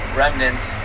remnants